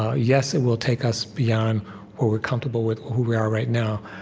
ah yes, it will take us beyond what we're comfortable with who we are right now.